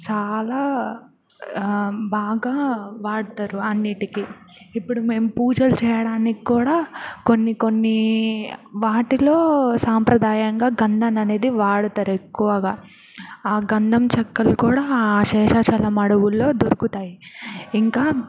చాలా బాగా వాడతారు అన్నింటికీ ఇప్పుడు మేము పూజలు చేయడానికి కూడా కొన్ని కొన్ని వాటిలో సాంప్రదాయంగా గంధం అనేది వాడుతారు ఎక్కువగా ఆ గంధం చక్కలు కూడా ఆ శేషాచలం అడవుల్లో దొరుకుతాయి ఇంకా